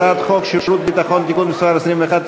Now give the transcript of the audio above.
הצעת חוק שירות ביטחון (תיקון מס' 21),